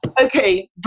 Okay